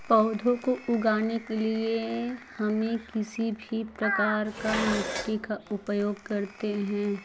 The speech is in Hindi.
पौधों को उगाने के लिए हमें किसी भी प्रकार का मिट्टी का उपयोग करते हैं